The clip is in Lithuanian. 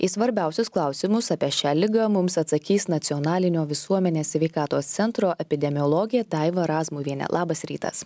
į svarbiausius klausimus apie šią ligą mums atsakys nacionalinio visuomenės sveikatos centro epidemiologė daiva razmuvienė labas rytas